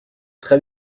très